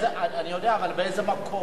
אני יודע, אבל באיזה מקום?